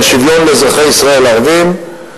של שוויון לאזרחי ישראל הערבים,